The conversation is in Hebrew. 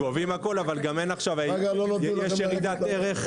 גובים הכל, אבל יש עכשיו ירידת ערך.